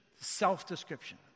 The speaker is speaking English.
self-description